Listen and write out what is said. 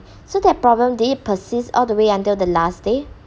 so that problem did it persist all the way until the last day